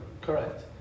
Correct